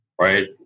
right